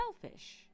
selfish